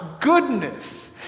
goodness